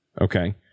Okay